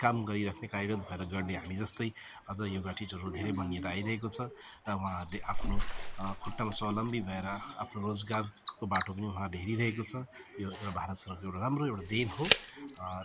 काम गरिराख्ने कार्यरत भएर गर्ने हामी जस्तै अझ योगा टिचरहरू धेरै बनिएर आइरहेको छ र उहाँहरूले आफ्नो खुट्टामा स्वालम्बी भएर आफ्नो रोजगारको बाटो पनि उहाँहरूले हेरिरहेको छ यो एउटा भारत सरकारको एउटा राम्रो एउटा देन हो